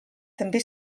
també